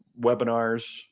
webinars